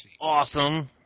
Awesome